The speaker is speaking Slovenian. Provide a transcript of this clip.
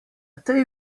tej